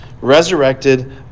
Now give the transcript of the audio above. resurrected